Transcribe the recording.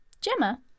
Gemma